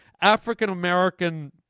African-American